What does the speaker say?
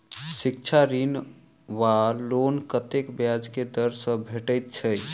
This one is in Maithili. शिक्षा ऋण वा लोन कतेक ब्याज केँ दर सँ भेटैत अछि?